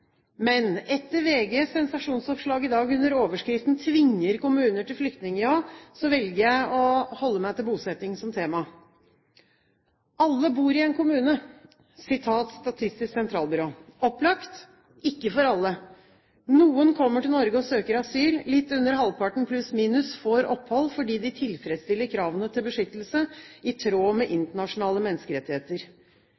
Men etter VGs sensasjonsoppslag i dag, under overskriften «Tvinger kommuner til flyktning-ja», velger jeg å holde meg til bosetting som tema. «Alle bor i en kommune» – sitat fra Statistisk sentralbyrå. Opplagt? Ikke for alle. Noen kommer til Norge og søker asyl. Litt under halvparten, pluss-minus, får opphold fordi de tilfredsstiller kravene til beskyttelse i tråd med